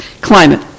climate